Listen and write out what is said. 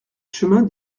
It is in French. chemin